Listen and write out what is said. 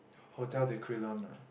hotel they create alone lah